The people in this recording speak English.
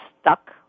stuck